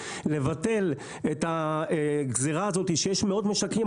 לבטל את הגזרה הזאת שיש מאות משקים,